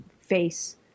face